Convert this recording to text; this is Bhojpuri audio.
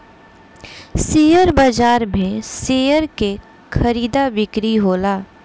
शेयर बाजार में शेयर के खरीदा बिक्री होला